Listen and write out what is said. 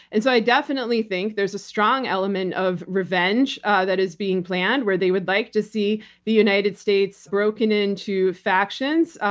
and so, i definitely think there's a strong element of revenge that is being planned where they would like to see the united states broken into factions.